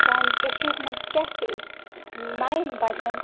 سانہِ کٔشیٖرِ منٛز کیٛاہ چھِ أسۍ نَوٮ۪ن بَچَن